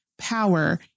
power